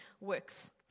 works